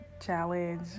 Challenge